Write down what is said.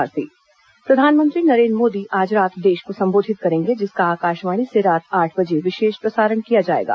प्रधानमंत्री संबोधन प्रधानमंत्री नरेंद्र मोदी आज रात देश को संबोधित करेंगे जिसका आकाशवाणी से रात आठ बजे विशेष प्रसारण किया जाएगा